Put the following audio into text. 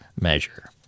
measure